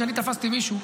כשאני תפסתי מישהו,